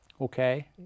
Okay